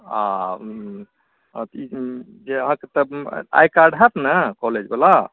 आ अहाँके जे आइकार्ड हैत ने कॉलेजवला